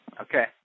Okay